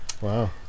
Wow